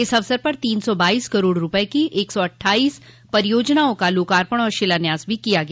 इस अवसर पर तीन सौ बाईस करोड़ रूपये की एक सौ अट्ठाईस परियोजनाओं का लोकार्पण और शिलान्यास भी किया गया